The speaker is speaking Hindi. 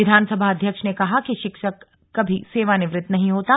विधानसभा अध्यक्ष ने कहा कि शिक्षक कभी सेवानिवृत्त नहीं होता